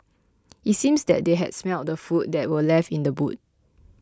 it seems that they had smelt the food that were left in the boot